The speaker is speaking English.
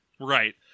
Right